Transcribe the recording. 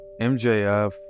MJF